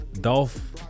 Dolph